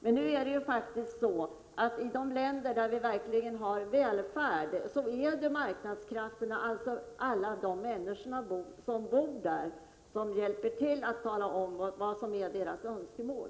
Men nu är det faktiskt så att i de länder där vi verkligen har välfärd är det marknadskrafterna, alltså alla de människor som bor där, som hjälper till att tala om vad som är deras önskemål.